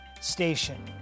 station